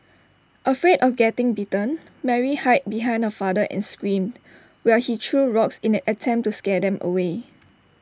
afraid of getting bitten Mary hide behind her father and screamed while he threw rocks in an attempt to scare them away